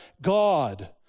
God